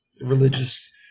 religious